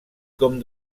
com